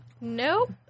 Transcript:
Nope